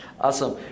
awesome